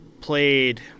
played –